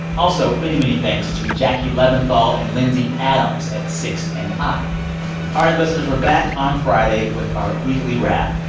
also, many, many thanks to jackie leventhal and lindsay adams at sixth and i all right, listeners. we're back on friday with our weekly wrap.